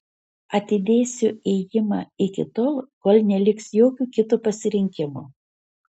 atidėsiu ėjimą iki tol kol neliks jokio kito pasirinkimo